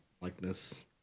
likeness